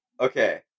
Okay